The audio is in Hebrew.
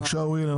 בבקשה, אוריאל.